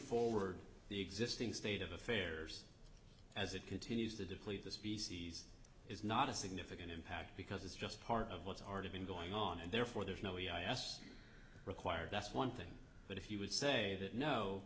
forward the existing state of affairs as it continues to deplete the species is not a significant impact because it's just part of what's already been going on and therefore there's no way i guess required that's one thing but if you would say that no